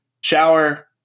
shower